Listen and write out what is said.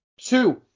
Two-